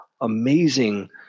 amazing